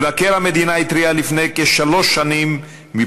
מבקר המדינה התריע לפני כשלוש שנים על